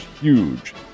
huge